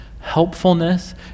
helpfulness